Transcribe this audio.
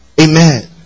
Amen